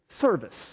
service